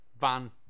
van